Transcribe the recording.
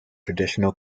traditional